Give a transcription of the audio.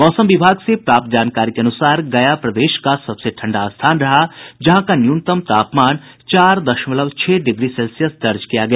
मौसम विभाग से प्राप्त जानकारी के अनुसार गया प्रदेश का सबसे ठंडा स्थान रहा जहां का न्यूनतम तापमान चार दशमलव छह डिग्री सेल्सियस दर्ज किया गया